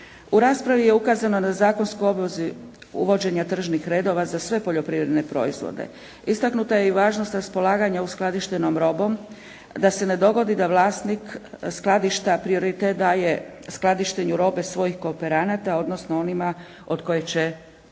U raspravi je ukazano na zakonsku obvezu uvođenja tržnih redova za sve poljoprivredne proizvode. Istaknuta je i važnost raspolaganja uskladištenom robom da se ne dogodi da vlasnik skladišta prioritet daje skladištenju robe svojih kooperanata odnosno onima od kojih će konačno